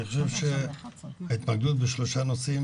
אני חושב שהתמקדות בשלושה נושאים